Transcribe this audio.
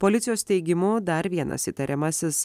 policijos teigimu dar vienas įtariamasis